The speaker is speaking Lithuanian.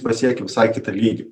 pasiekia visai kitą lygį